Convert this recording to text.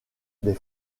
des